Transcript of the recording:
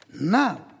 Now